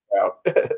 out